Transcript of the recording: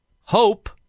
hope